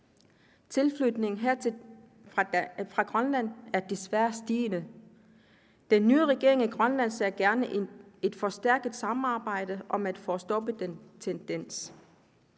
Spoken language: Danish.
Tilflytningen hertil fra Grønland er desværre stigende. Den nye regering i Grønland ser gerne et forstærket samarbejde om at få stoppet den tendens.